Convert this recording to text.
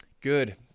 Good